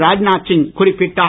ராஜ்நாத் சிங் குறிப்பிட்டார்